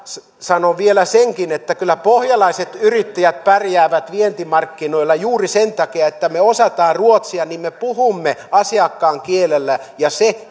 sanon vielä senkin että kyllä pohjalaiset yrittäjät pärjäävät vientimarkkinoilla juuri sen takia että me osaamme ruotsia me puhumme asiakkaan kielellä ja se